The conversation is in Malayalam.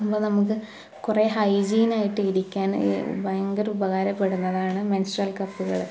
അപ്പം നമുക്ക് കുറേ ഹൈജീനായിട്ടിരിക്കാൻ ഭയങ്കര ഉപകാരപ്പെടുന്നതാണ് മെന്സ്ട്രല് കപ്പുകൾ